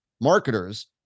marketers